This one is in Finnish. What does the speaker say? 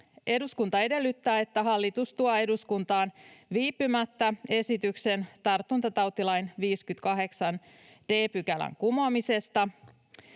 ”Eduskunta edellyttää, että hallitus tuo eduskuntaan viipymättä esityksen tartuntatautilain 58 d §:n kumoamisesta.”